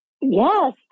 Yes